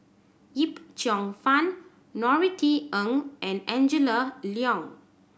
Yip Cheong Fun Norothy Ng and Angela Liong